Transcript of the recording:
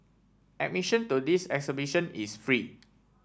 admission to this exhibition is free